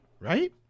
right